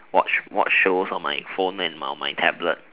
watch watch shows on my phone and on my tablet